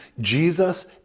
Jesus